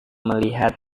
melihat